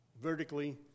vertically